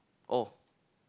oh